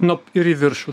nu ir į viršų